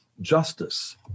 justice